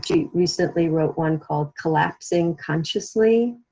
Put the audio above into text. she recently wrote one called collapsing consciously.